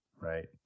Right